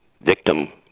victim